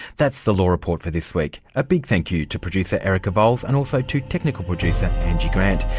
that's the law report for this week. a big thank you to producer erica vowles and also to technical producer, angie grant.